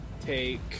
take